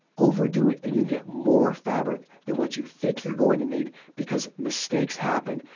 overdo it and you get more fabric than what you think you're going to need because mistakes happen.